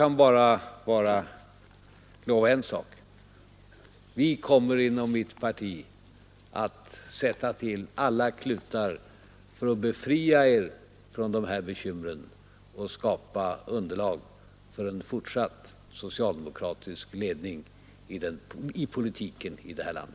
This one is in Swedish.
Jag kan bara lova en sak: Vi kommer inom mitt parti att sätta till alla klutar för att befria er från dessa bekymmer och skapa underlag för en fortsatt socialdemokratisk ledning av politiken i vårt land